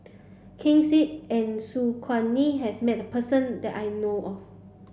Ken Seet and Su Guaning has met person that I know of